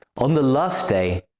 on the last day,